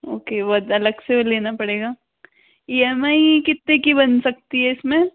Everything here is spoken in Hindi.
ओके वो अलग से लेना पड़ेगा ई एम आई कितने की बन सकती है इस में